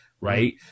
right